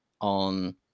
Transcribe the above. on